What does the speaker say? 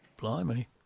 blimey